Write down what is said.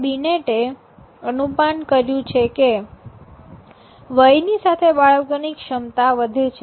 બિનેટે અનુમાન કર્યું છે કે વયની સાથે બાળકોની ક્ષમતા વધે છે